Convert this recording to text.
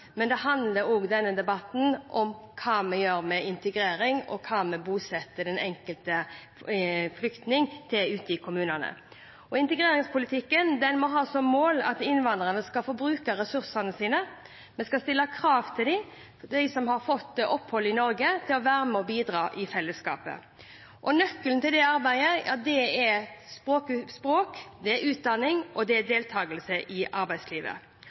Men denne debatten handler også om hva vi gjør med integrering og om å bosette den enkelte flyktning ute i kommunene. Integreringspolitikken må ha som mål at innvandrere skal få bruke ressursene sine. Vi skal stille krav til dem som har fått opphold i Norge, om å være med og bidra til fellesskapet. Nøkkelen til det arbeidet er språk, utdanning og deltakelse i arbeidslivet.